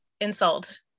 insult